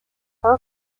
her